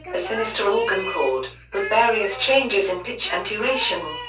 a sinister organ chord, with various changes in pitch and duration.